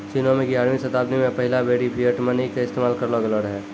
चीनो मे ग्यारहवीं शताब्दी मे पहिला बेरी फिएट मनी के इस्तेमाल करलो गेलो रहै